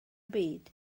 byd